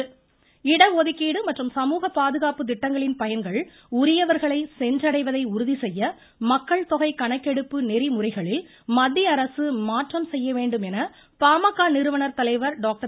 ராமதாஸ் இடஒதுக்கீடு மற்றும் சமூக பாதுகாப்பு திட்டங்களின் பயன்கள் உரியவர்களை சென்றடைவதை உறுதி செய்ய மக்கள் தொகை கணக்கெடுப்பு நெறிமுறைகளில் மத்திய அரசு மாற்றம் செய்ய வேண்டும் என பாமக நிறுவனர் தலைவர் டாக்டர்